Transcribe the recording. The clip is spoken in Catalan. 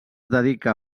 dedica